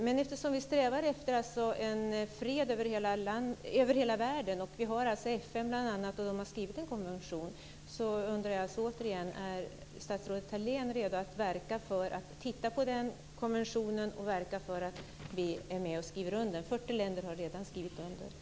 Men eftersom vi strävar efter fred över hela världen och FN har skrivit en konvention, så undrar jag: Är statsrådet Thalén redo att se på den konventionen och verka för att Sverige skriver under den? 40 länder har redan skrivit under den.